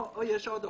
או שיש עוד אופציה,